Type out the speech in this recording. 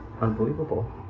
unbelievable